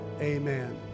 Amen